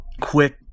quick